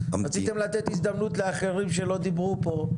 רציתם לתת הזדמנות לאחרים שלא דיברו פה.